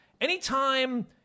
Anytime